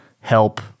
help